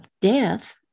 death